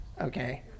okay